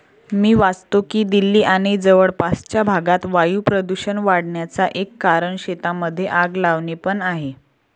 मी वाचतो की दिल्ली आणि जवळपासच्या भागात वायू प्रदूषण वाढन्याचा एक कारण शेतांमध्ये आग लावणे पण आहे